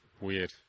weird